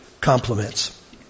compliments